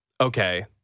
okay